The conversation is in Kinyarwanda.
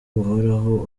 buhoraho